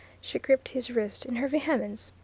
she gripped his wrist in her vehemence,